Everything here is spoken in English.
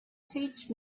teach